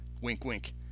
wink-wink